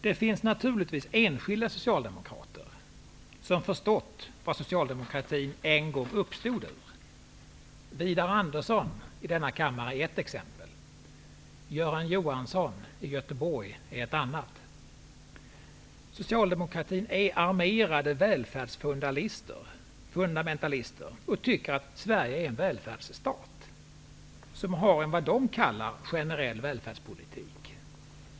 Det finns naturligtvis enskilda socialdemokrater som förstått vad socialdemokratin en gång uppstod ur. Widar Andersson i denna kammare är ett exempel. Göran Johansson i Göteborg är en annan. Socialdemokraterna är armerade välfärdsfundamentalister. De tycker att Sverige är en välfärdsstat, med vad de kallar en generell välfärdspolitik.